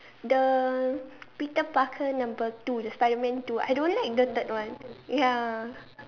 the Peter-Parker number two the Spiderman two I don't like the third one ya